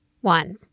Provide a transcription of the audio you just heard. One